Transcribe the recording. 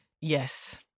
Yes